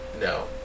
No